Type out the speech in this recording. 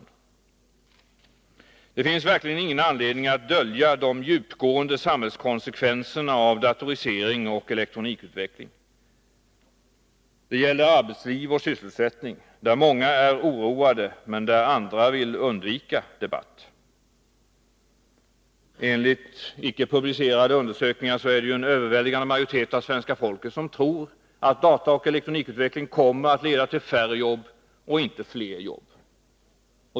Det finns verkligen ingen anledning att dölja de djupgående samhällskonsekvenserna av datorisering och elektronikutveckling. Det gäller arbetsliv och sysselsättning, där många är oroade men där andra vill undvika debatt. Enligt icke publicerade undersökningar är det en överväldigande majoritet av svenska folket som tror att dataoch elektronikutvecklingen kommer att leda till färre jobb, inte till fler jobb.